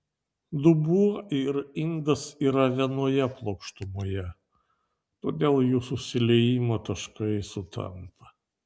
dubuo ir indas yra vienoje plokštumoje todėl jų susiliejimo taškai sutampa